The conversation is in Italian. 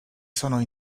sono